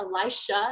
Elisha